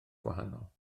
gwahanol